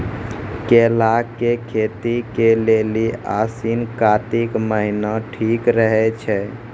केला के खेती के लेली आसिन कातिक महीना ठीक रहै छै